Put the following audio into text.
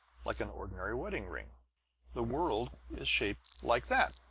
like an ordinary wedding ring the world is shaped like that!